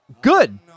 Good